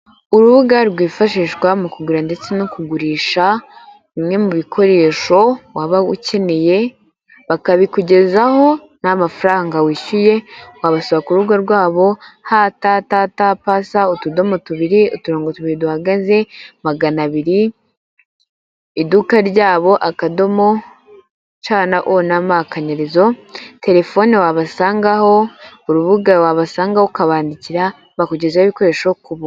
Urubuga rwifashishwa mu kugura ndetse no kugurisha bimwe mu bikoresho waba ukeneye bakabikugezaho nta mafaranga wishyuye wabasanga ku rubuga rwabo ha, ta, ta, ta, pa, sa, utudomo, tubiri, uturongo tubiri duhagaze, magana abiri, iduka ryabo, akadomo, ca na o na ma, akanyerezo, telefoni wabasangaho, urubuga wabasangaho ukabandikira bakugezaho ibikoresho kubuntu.